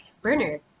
burner